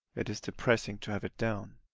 it is depressing to have it down.